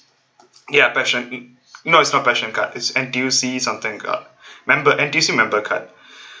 ya passion no it's not passion card is N_T_U_C some thing uh member N_T_U_C member card